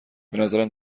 بنظرم